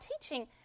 teaching